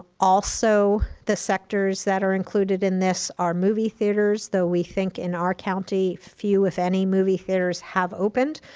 also, the sectors that are included in this are movie theaters, though we think, in our county, few if any movie theaters have opened.